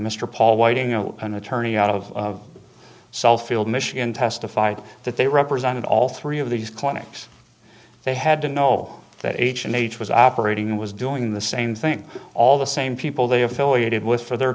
mr paul whiting an attorney out of self will michigan testified that they represented all three of these clinics they had to know that h and h was operating was doing the same thing all the same people they affiliated with for their